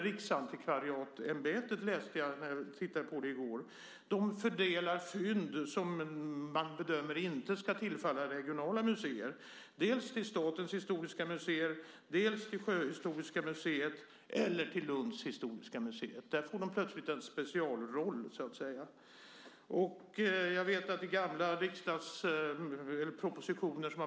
Riksantikvarieämbetet fördelar sådana fynd som man bedömer inte ska tillfalla regionala museer antingen till Statens historiska museer, till Sjöhistoriska museet eller till Lunds historiska museum. Där får museet i Lund alltså en specialroll.